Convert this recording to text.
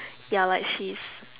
ya like she's